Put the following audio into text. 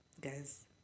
Guys